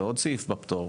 זה עוד סעיף בפטור,